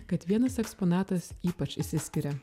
kad vienas eksponatas ypač išsiskiria